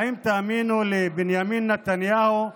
האם תאמינו לבנימין נתניהו,